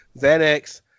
Xanax